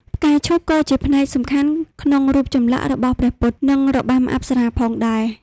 ផ្កាឈូកក៏ជាផ្នែកសំខាន់ក្នុងរូបចម្លាក់របស់ព្រះពុទ្ធ និងរបាំអប្សរាផងដែរ។